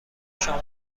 شام